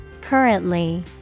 Currently